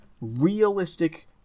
realistic